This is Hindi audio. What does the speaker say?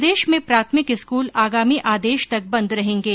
प्रदेश में प्राथमिक स्कूल आगामी आदेश तक बंद रहेंगे